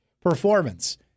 performance